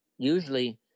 Usually